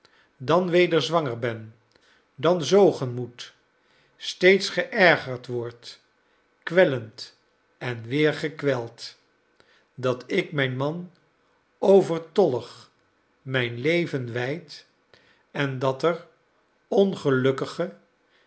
dan weder zwanger ben dan zoogen moet steeds geërgerd word kwellend en weer gekweld dat ik mijn man overtollig mijn leven wijd en dat er ongelukkige